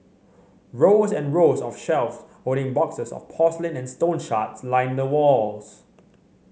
rows and rows of shelves holding boxes of porcelain and stone shards line the walls